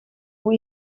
ubu